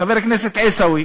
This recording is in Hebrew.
חבר הכנסת עיסאווי,